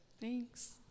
thanks